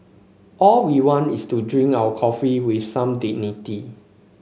all we want is to drink our coffee with some dignity